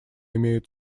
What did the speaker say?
имеют